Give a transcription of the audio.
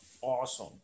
awesome